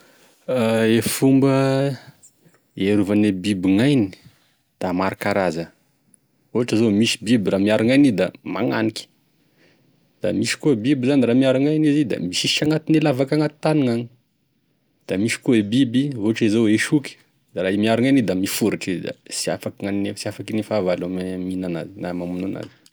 E fomba hiarovan'e biby gn'ainy da maro karaza, ohatra zao misy biby raha miaro gn'ainy izy da magnaniky, da misy koa biby raha miaro gn'aigny izy da misisitry agnaty lavaky agnaty tany gn'agny, da misy koa e biby ohatra e zao e soky da raha miaro gn'aigny izy da miforitry izy sy afiky gny hagnignia sy afakin'e fahavalony e mihinanazy na mamono enazy.